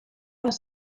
les